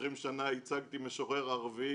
לדעתי חוץ ממשרד התרבות,